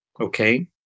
okay